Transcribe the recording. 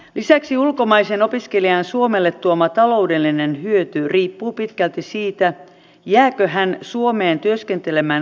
lisäksi ulkomaisen opiskelijan suomelle tuoma taloudellinen hyöty riippuu pitkälti siitä jääkö hän suomeen työskentelemään opintojensa jälkeen